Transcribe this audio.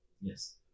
Yes